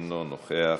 אינו נוכח,